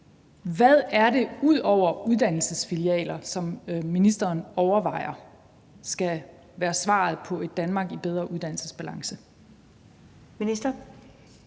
Hvad er det ud over uddannelsesfilialer, som ministeren overvejer skal være svaret på et Danmark i bedre uddannelsesbalance?